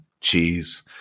cheese